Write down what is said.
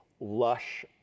Lush